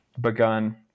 begun